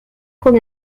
con